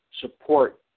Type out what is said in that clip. support